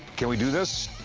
can we do this?